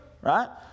right